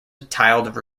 tiled